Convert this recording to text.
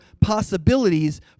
possibilities